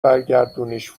برگردونیش